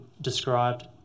described